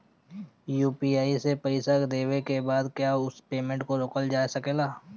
UPI से पईसा देने के बाद क्या उस पेमेंट को रोकल जा सकेला?